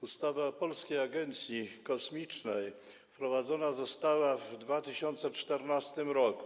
Ustawa o Polskiej Agencji Kosmicznej wprowadzona została w 2014 r.